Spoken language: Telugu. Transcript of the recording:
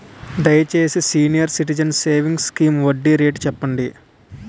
దయచేసి సీనియర్ సిటిజన్స్ సేవింగ్స్ స్కీమ్ వడ్డీ రేటు చెప్పండి